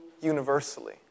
universally